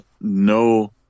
no